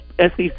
SEC